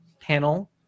panel